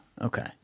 Okay